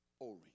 O-ring